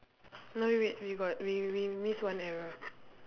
no w~ wait we got we we miss one error